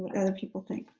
and people think.